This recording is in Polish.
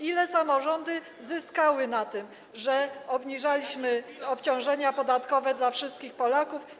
Ile samorządy zyskały na tym, że zmniejszaliśmy obciążenia podatkowe dla wszystkich Polaków?